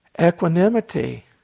Equanimity